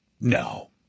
No